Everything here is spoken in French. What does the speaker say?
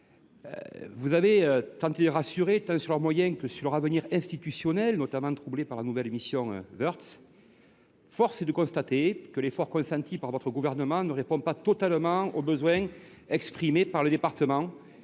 Vous avez tenté de les rassurer tant sur leurs moyens que sur leur avenir institutionnel, troublé par la nouvelle mission Woerth. Force est de le constater, l’effort consenti par votre gouvernement ne répond pas totalement aux besoins exprimés par les départements,